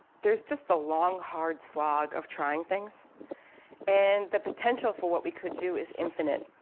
there's just the long, hard slog of trying things and the potential for what we could do is infinite.